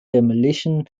demolition